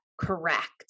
correct